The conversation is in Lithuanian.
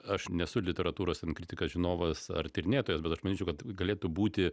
aš nesu literatūros kritikas žinovas ar tyrinėtojas bet aš manyčiau kad galėtų būti